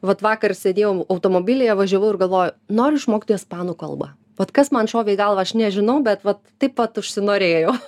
vat vakar sėdėjau automobilyje važiavau ir galvoju noriu išmokti ispanų kalbą vat kas man šovė į galvą aš nežinau bet vat taip vat užsinorėjo